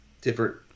different